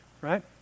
right